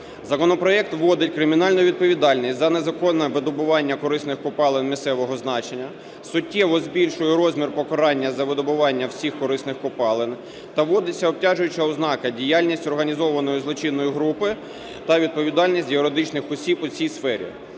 Законопроект вводить кримінальну відповідальність за незаконне видобування корисних копалин місцевого значення, суттєво збільшує розмір покарання за видобування всіх корисних копалин та вводиться обтяжуюча ознака "діяльність організованої злочинної групи" та відповідальність юридичних осіб у цій сфері.